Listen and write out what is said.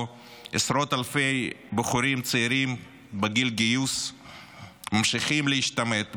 שבו עשרות אלפי בחורים צעירים בגיל גיוס ממשיכים להשתמט,